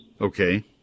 Okay